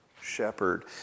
shepherd